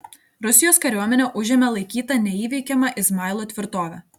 rusijos kariuomenė užėmė laikytą neįveikiama izmailo tvirtovę